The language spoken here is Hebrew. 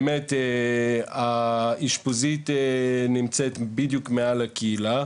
באמת, האשפוזית נמצאת בדיוק מעל הקהילה.